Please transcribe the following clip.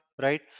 right